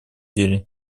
деле